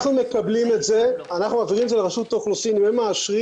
כשאנחנו מקבלים את זה אנחנו מעבירים את זה לרשות האוכלוסין בנתב"ג,